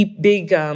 Big